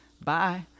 Bye